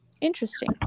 Interesting